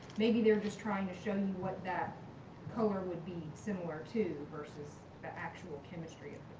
maybe they're just trying to show you what that color would be similar to, versus the actual chemistry of